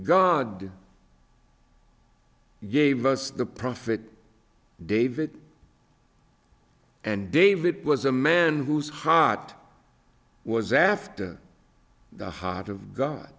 god gave us the prophet david and david was a man whose heart was after the heart of god